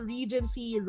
Regency